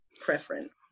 preference